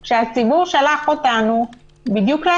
כמו האפשרות שלי כיושב-ראש איגוד רופאי בריאות הציבור לבוא ולדבר